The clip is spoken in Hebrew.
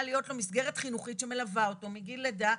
להיות לו מסגרת חינוכית שמלווה אותו מגיל לידה.